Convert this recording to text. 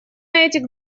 этих